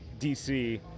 dc